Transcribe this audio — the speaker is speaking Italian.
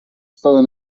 stata